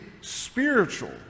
spiritual